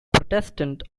protestant